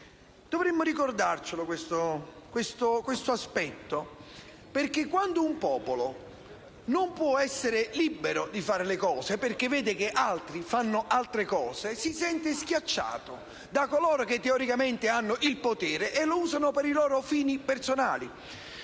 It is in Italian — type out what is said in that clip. Dovremmo ricordarci questo aspetto, perché quando un popolo non può essere libero di fare le cose e vede che altri fanno altre cose, si sente schiacciato da coloro che teoricamente hanno il potere e lo usano per i loro fini personali.